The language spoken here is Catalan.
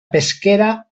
pesquera